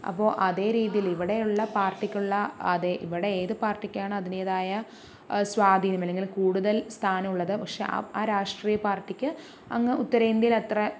അപ്പോൾ അതേ രീതിയിൽ ഇവിടെയുള്ള പാർട്ടിക്കുള്ള അതേ ഇവിടെ ഏത് പാർട്ടിക്കാണോ അതിൻ്റേതായ സ്വാധീനം അല്ലെങ്കിൽ കൂടുതൽ സ്ഥാനം ഉള്ളത് പക്ഷേ ആ രാഷ്ട്രീയ പാർട്ടിക്ക് അങ്ങ് ഉത്തരേന്ത്യയിൽ അത്ര